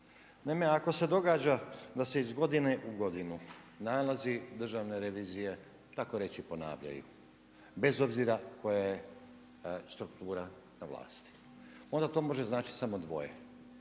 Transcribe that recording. Naime, ako se događa da se iz godine u godinu nalazi Državne revizije tako reći ponavljaju bez obzira koja je struktura na vlasti, onda to može značiti samo dvoje.